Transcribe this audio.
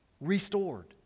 restored